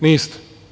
Niste.